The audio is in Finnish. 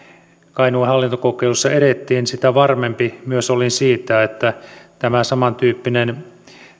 kainuun hallintokokeilussa edettiin sitä varmempi myös olin siitä että tämä samantyyppinen